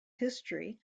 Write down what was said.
history